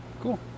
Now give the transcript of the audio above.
cool